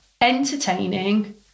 entertaining